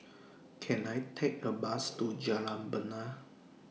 Can I Take A Bus to Jalan Bena